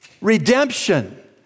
Redemption